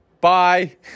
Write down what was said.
Bye